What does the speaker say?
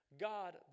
God